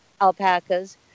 alpacas